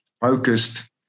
focused